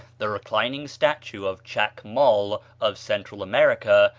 the reclining statue of chac-mol, of central america,